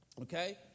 Okay